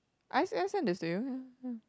I sent I sent this to you yeah yeah